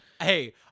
Hey